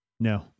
No